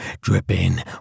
dripping